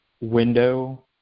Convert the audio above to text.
window